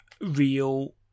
real